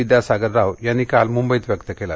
विद्यासागर राव यांनी काल मुंबईत व्यक्त केलं